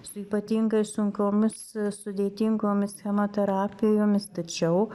su ypatingai sunkiomis sudėtingomis chemoterapijomis tačiau